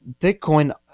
Bitcoin